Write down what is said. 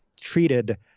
treated